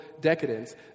decadence